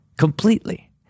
Completely